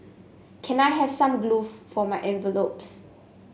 can I have some glue for my envelopes